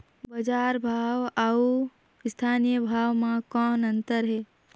बजार भाव अउ स्थानीय भाव म कौन अन्तर हे?